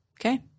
Okay